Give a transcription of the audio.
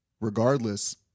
regardless